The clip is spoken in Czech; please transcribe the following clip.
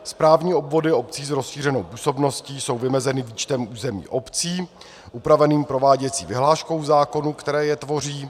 Správní obvody obcí s rozšířenou působností jsou vymezeny výčtem územních obcí upraveným prováděcí vyhláškou v zákonu, které je tvoří.